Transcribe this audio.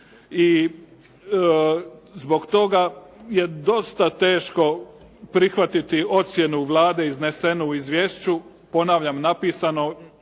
i zbog toga je dosta teško prihvatiti ocjenu Vlade iznesenu u izvješću, ponavljam napisano